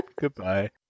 Goodbye